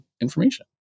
information